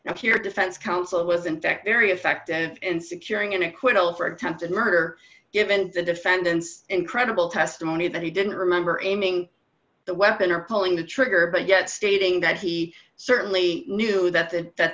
now here defense counsel was in fact very effective in securing an acquittal for attempted murder given the defendant's incredible testimony that he didn't remember aiming the weapon or pulling the trigger but yet stating that he certainly knew that the that